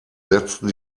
setzten